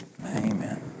Amen